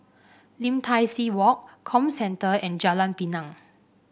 Lim Tai See Walk Comcentre and Jalan Pinang